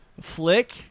Flick